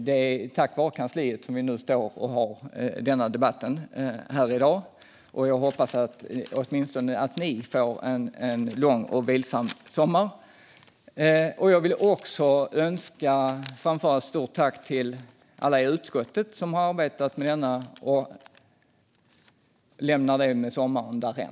Det är tack vare kansliet vi har denna debatt här i dag. Jag hoppas att åtminstone ni får en lång och vilsam sommar. Jag vill också framföra ett stort tack till alla i utskottet som har arbetat med detta, och lämnar det därhän under sommaren.